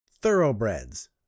Thoroughbreds